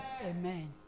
Amen